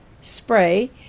spray